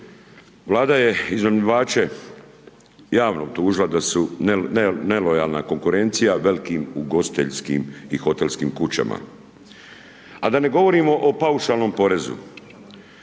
Vlada je iznajmljivače javno optužila da su nelojalna konkurencija velikim ugostiteljskim i hotelskim kućama, a da ne govorimo o paušalnom porezu.